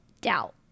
doubt